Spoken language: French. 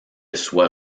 soit